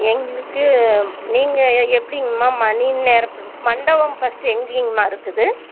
எங்களுக்கு நீங்கள் எப்படிங்கம்மா மணி நேரத்து மண்டபம் ஃபர்ஸ்ட்டு எங்கேங்கம்மா இருக்குது